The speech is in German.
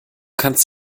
kannst